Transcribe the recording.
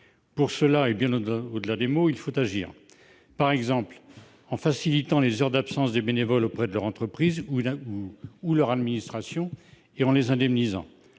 la matière, bien au-delà des mots, il faut agir, par exemple en facilitant les heures d'absence des bénévoles auprès de leur entreprise ou de leur administration et en les indemnisant.